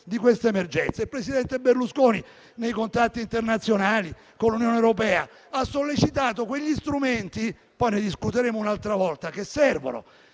di questa emergenza. Il presidente Berlusconi nei contatti internazionali con l'Unione europea ha sollecitato quegli strumenti - ma ne discuteremo un'altra volta - che servono.